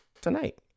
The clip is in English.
tonight